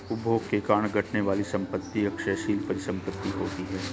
उपभोग के कारण घटने वाली संपत्ति क्षयशील परिसंपत्ति होती हैं